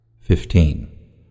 Fifteen